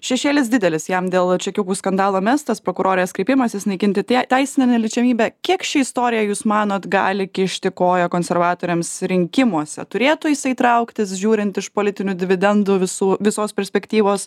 šešėlis didelis jam dėl čekiukų skandalo mestas prokurorės kreipimasis naikinti tie teisinę neliečiamybę kiek ši istorija jūs manot gali kišti koją konservatoriams rinkimuose turėtų jisai trauktis žiūrint iš politinių dividendų visų visos perspektyvos